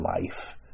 life